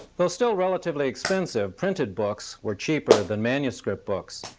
though still relatively expensive, printed books were cheaper than manuscript books.